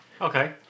Okay